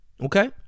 Okay